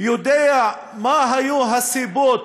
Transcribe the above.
יודע מה היו הסיבות